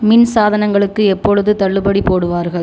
மின் சாதனங்களுக்கு எப்பொழுது தள்ளுபடி போடுவார்கள்